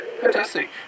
fantastic